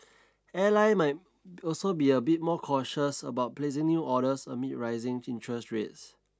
airline might also be a bit more cautious about placing new orders amid rising interest rates